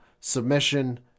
submission